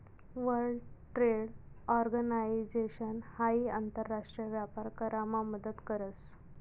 world trade organisation हाई आंतर राष्ट्रीय व्यापार करामा मदत करस